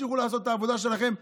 תמשיכו לעשות את העבודה שלכן.